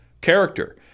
character